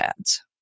ads